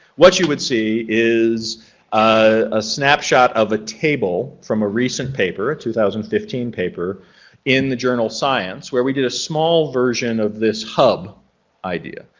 what you would see is a snapshot of a table from a recent paper, two thousand and fifteen paper in the journal science where we did a small version of this hub idea.